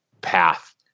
path